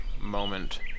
Moment